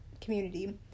community